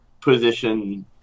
position